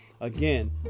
again